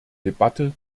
debatte